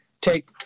take